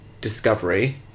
Discovery